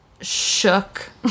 Shook